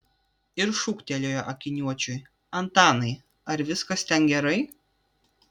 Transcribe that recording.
ir šūktelėjo akiniuočiui antanai ar viskas ten gerai